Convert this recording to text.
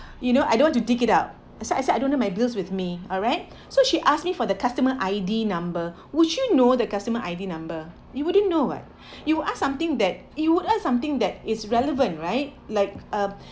you know I don't want to dig it up so I said I don't have my bills with me alright so she asked me for the customer I_D number would you know the customer I_D number you wouldn't know [what] you would ask something that you would ask something that is relevant right like a